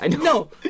No